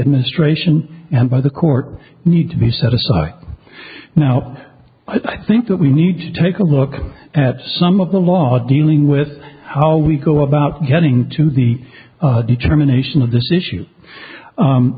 administration and by the court need to be set aside by now i think that we need to take a look at some of the law dealing with how we go about getting to the determination of this issue